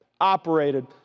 operated